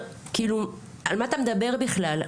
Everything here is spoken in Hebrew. כאילו על מה אתה מדבר בכלל,